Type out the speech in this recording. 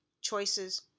choices